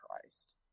Christ